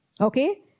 Okay